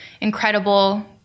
incredible